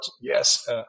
yes